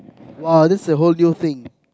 !wow! this is a whole new thing